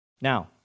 Now